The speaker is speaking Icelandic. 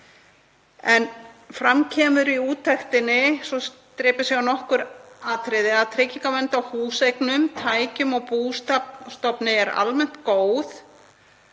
Fram kemur í úttektinni, svo að drepið sé á nokkrum atriðum, að tryggingavernd á húseignum, tækjum og bústofni sé almennt góð